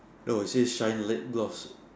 no it says shine lip gloss